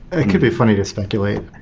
it could be funny to speculate.